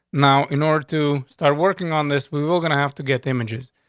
now, in order to start working on this, we're gonna have to get images.